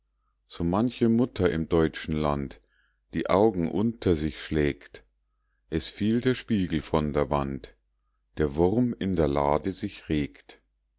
so manche mutter im deutschen land die augen unter sich schlägt es fiel der spiegel von der wand der wurm in der lade sich regt